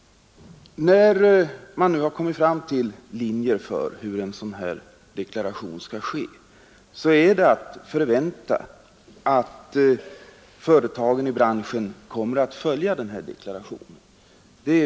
I enlighet med de här riktlinjerna har STYR nu lagt fram en skiss till en sådan redovisning och den är ute på remiss, som här har påpekats.